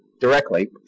directly